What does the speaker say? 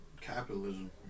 capitalism